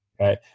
Okay